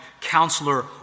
counselor